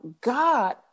God